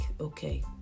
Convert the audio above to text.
okay